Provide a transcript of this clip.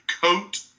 coat